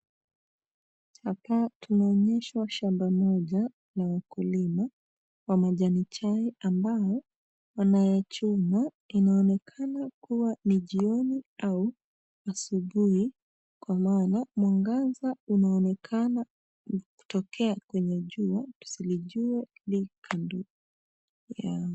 Hapa tunaonyesha shamba moja la wakulima wa majani chai ambao wanayachuma, inaonekana kua ni jioni au asubuhi kwa maana mwangaza unaonekana kutokea kwenye jua tusilijue li kando yao.